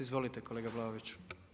Izvolite kolega Vlaović.